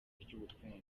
ry’ubukungu